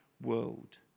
world